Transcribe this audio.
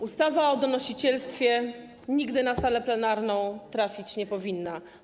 Ustawa o donosicielstwie nigdy na salę plenarną trafić nie powinna.